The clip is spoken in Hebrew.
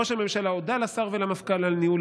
ראש הממשלה הודה לשר ולמפכ"ל על ניהול